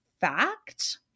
fact